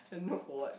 I don't know for what